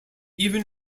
even